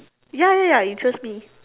ya ya ya interest me